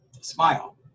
smile